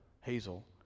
Hazel